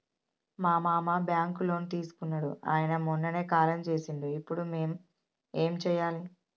మా మామ బ్యాంక్ లో లోన్ తీసుకున్నడు అయిన మొన్ననే కాలం చేసిండు ఇప్పుడు మేం ఏం చేయాలి?